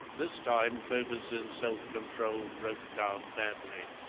this time clovis's self-control broke down badly.